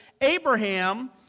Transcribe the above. Abraham